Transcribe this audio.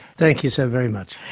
thank you so very much.